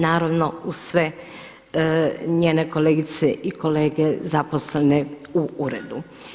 Naravno uz sve njene kolegice i kolege zaposlene u uredu.